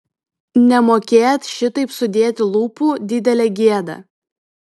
nemokėt šitaip sudėti lūpų didelė gėda